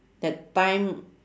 that time